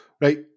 Right